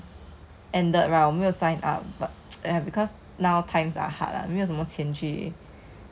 thing is that their lessons are very expensive lah so 我没有 sign up after 我的 student plan